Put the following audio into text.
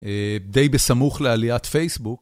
די בסמוך לעליית פייסבוק.